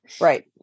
Right